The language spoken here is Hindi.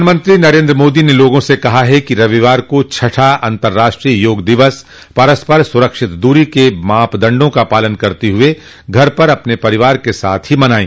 प्रधानमंत्री नरेन्द्र मोदी ने लोगों से कहा है कि रविवार को छठा अंतराष्ट्रीय योग दिवस पररस्पर सुरक्षित दूरी के मानदंडों का पालन करते हुए घर पर अपने परिवार के साथ ही मनाएं